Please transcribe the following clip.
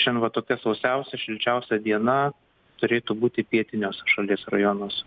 šiandien va tokia sausiausia šilčiausia diena turėtų būti pietiniuose šalies rajonus